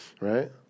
right